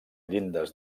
llindes